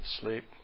sleep